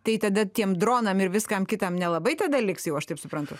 tai tada tiem dronam ir viskam kitam nelabai tada liks jau aš taip suprantu